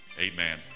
Amen